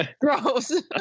gross